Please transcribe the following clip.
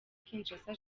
kinshasa